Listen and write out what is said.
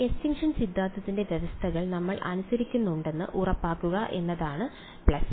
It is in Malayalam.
എസ്റ്റിൻഷൻ സിദ്ധാന്തത്തിന്റെ വ്യവസ്ഥകൾ നമ്മൾ അനുസരിക്കുന്നുണ്ടെന്ന് ഉറപ്പാക്കുക എന്നതാണ് പ്ലസ് മൈനസ്